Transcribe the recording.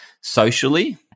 socially